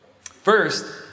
First